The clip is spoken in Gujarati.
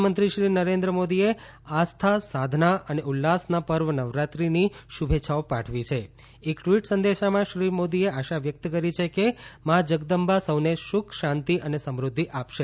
પ્રધાનમંત્રી શ્રી નરેન્દ્ર મોદી એ આસ્થા સાધનાં અને ઉલ્લાસનાં પર્વ નવરાત્રી શુભેચ્છાઓ પાઠવી છ એક ટ્વીટ સંદેશામાં શ્રી મોદીએ આશા વ્યકત કરી છેકે મા જગદંબા સૌને સુખ શાંતિ અને સમૃઘ્પિ આપશે